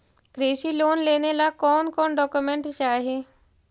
कृषि लोन लेने ला कोन कोन डोकोमेंट चाही?